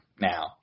now